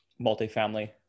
multifamily